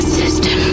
system